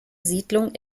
siedlung